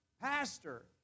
pastor